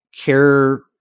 care